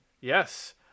Yes